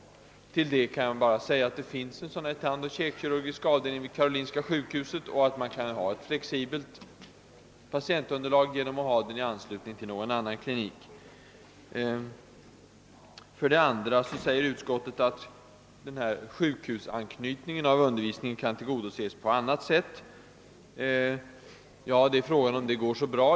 Härpå kan jag bara svara att Karolinska sjukhuset redan har en tandoch käkkirurgisk avdelning. Flexibilitet beträffande antalet sängar kan uppnås genom att driva avdelningen i anslutning till någon annan klinik. För det andra säger utskottet, att sjukhusanknytningen kan tillgodoses på annat sätt än det vi föreslagit. Frågan är om detta går så bra.